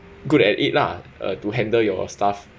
good at it lah to handle your stuff